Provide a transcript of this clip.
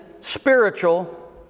spiritual